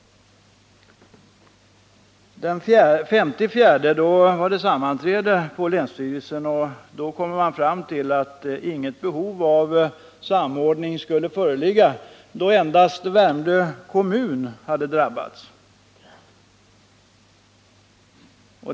Den 5 april var det återigen sammanträde på länsstyrelsen, och då kom man fram till att inget behov av samordning skulle föreligga, eftersom endast Värmdö kommun hade drabbats.